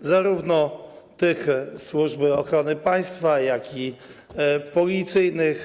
zarówno tych Służby Ochrony Państwa, jak i policyjnych.